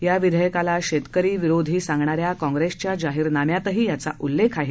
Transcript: या विधेयकाला शेतकरी विरोधी सांगणा या काँप्रेसच्या जाहीरनाम्यातही याचा उल्लेख आहे